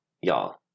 y'all